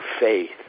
faith